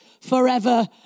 forever